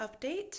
update